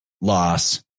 loss